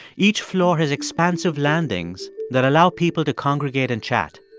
each floor has expansive landings that allow people to congregate and chat.